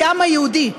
כעם היהודי,